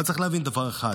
אבל צריך להבין דבר אחד,